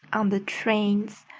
on the trains,